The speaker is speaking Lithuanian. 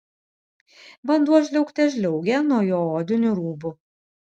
vanduo žliaugte žliaugė nuo jo odinių rūbų